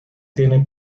tiene